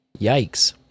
Yikes